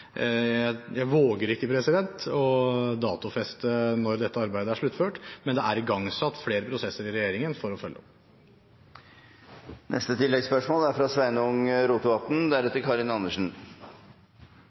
jeg våger ikke å datofeste når dette arbeidet er sluttført, men det er igangsatt flere prosesser i regjeringen for å følge opp.